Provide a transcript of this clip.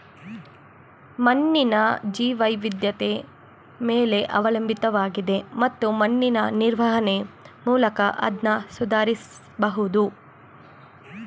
ಮಣ್ಣಿನ ಜೀವವೈವಿಧ್ಯತೆ ಮೇಲೆ ಅವಲಂಬಿತವಾಗಿದೆ ಮತ್ತು ಮಣ್ಣಿನ ನಿರ್ವಹಣೆ ಮೂಲಕ ಅದ್ನ ಸುಧಾರಿಸ್ಬಹುದು